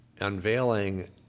unveiling